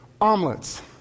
Omelets